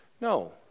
No